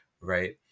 right